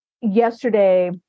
Yesterday